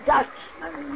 Dutchman